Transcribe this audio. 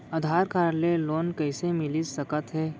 आधार card ले loan कइसे मिलिस सकत हे?